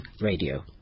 Radio